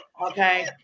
Okay